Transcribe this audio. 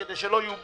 כדי שלא יהיו בעיות.